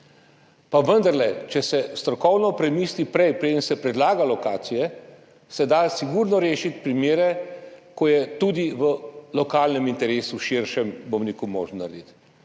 Pa vendarle, če se strokovno premisli prej, preden se predlaga lokacije, se da sigurno rešiti primere, ko je tudi v lokalnem interesu širše možno narediti.